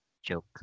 Joke